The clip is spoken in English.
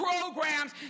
programs